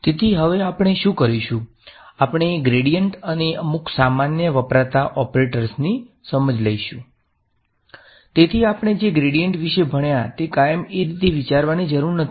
તેથી હવે આપણે શું કરીશું આપણે ગ્રેડીયંટ અને અમુક સામાન્ય વપરાતા ઓપરેટર્સ ની સમજ લઈશું ' તેથી આપણે જે ગ્રેડીયન્ટ વિષે ભણ્યા તે કાયમ એ રીતે વિચારવાની જરૂર નથી